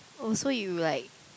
oh so you like